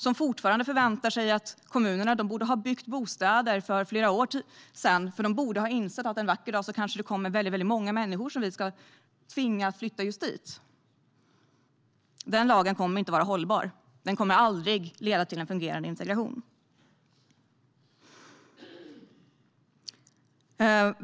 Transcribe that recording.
Kommunerna förväntas ha byggt bostäder för flera år sedan eftersom de borde ha insett att det en vacker dag kanske kommer väldigt många människor som tvingas att flytta just dit. Den lagen kommer inte att vara hållbar; den kommer aldrig att leda till en fungerande integration.